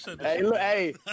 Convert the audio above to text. hey